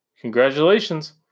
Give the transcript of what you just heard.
Congratulations